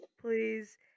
please